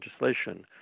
legislation